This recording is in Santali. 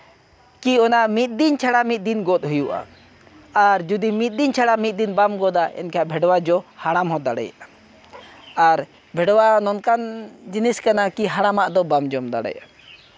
ᱠᱤ ᱚᱱᱟ ᱢᱤᱫ ᱫᱤᱱ ᱪᱷᱟᱲᱟ ᱢᱤᱫ ᱫᱤᱱ ᱜᱚᱫ ᱦᱩᱭᱩᱜᱼᱟ ᱟᱨ ᱡᱩᱫᱤ ᱢᱤᱫ ᱫᱤᱱ ᱪᱷᱟᱲᱟ ᱢᱤᱫ ᱫᱤᱱ ᱵᱟᱢ ᱜᱚᱫᱟ ᱮᱱᱠᱷᱟᱱ ᱵᱷᱮᱰᱣᱟ ᱡᱚ ᱦᱟᱲᱟᱢ ᱦᱚᱸ ᱫᱟᱲᱮᱭᱟᱜᱼᱟ ᱟᱨ ᱵᱷᱮᱰᱣᱟ ᱱᱚᱝᱠᱟᱱ ᱡᱤᱱᱤᱥ ᱠᱟᱱᱟ ᱠᱤ ᱦᱟᱲᱟᱢᱟᱜ ᱫᱚ ᱵᱟᱢ ᱡᱚᱢ ᱫᱟᱲᱮᱭᱟᱜᱼᱟ